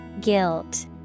Guilt